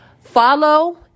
follow